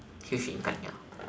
huge impact ya